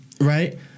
Right